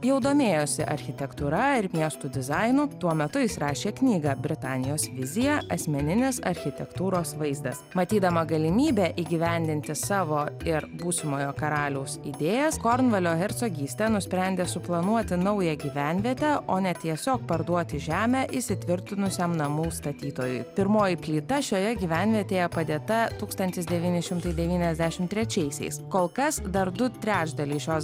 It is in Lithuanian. jau domėjosi architektūra ir miestų dizainu tuo metu jis rašė knygą britanijos vizija asmeninės architektūros vaizdas matydama galimybę įgyvendinti savo ir būsimojo karaliaus idėjas kornvalio hercogystė nusprendė suplanuoti naują gyvenvietę o ne tiesiog parduoti žemę įsitvirtinusiam namų statytojui pirmoji plyta šioje gyvenvietėje padėta tūkstantis devyni šimtai devyniasdešim trečiaisiais kol kas dar du trečdaliai šios